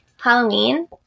Halloween